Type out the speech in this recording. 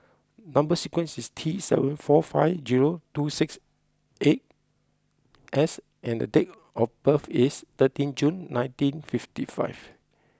number sequence is T seven four five zero two six eight S and date of birth is thirteen June nineteen fifty five